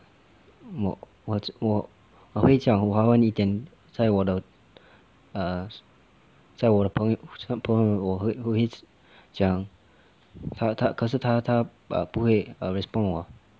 我我我我会讲华文一点在我的 err 在我的朋朋友我会我会讲他他可是他他 err 不会 err respond 我